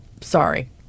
sorry